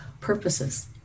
purposes